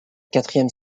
quatrième